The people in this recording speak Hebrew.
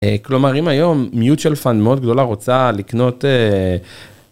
כלומר אם היום mutual fund מאוד גדולה רוצה לקנות.